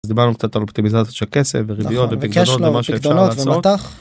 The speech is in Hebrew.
אז דיברנו קצת על אופטימיזציה של כסף, וריביות ופקדון ומה שאפשר לעשות. נכון, יש לנו פקדונות ומט"ח